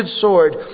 sword